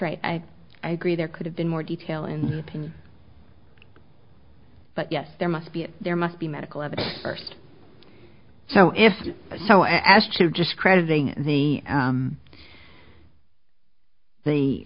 right i agree there could have been more detail in pain but yes there must be there must be medical evidence first so if so as to just crediting the